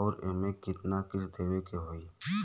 अउर एमे कितना किस्त देवे के होई?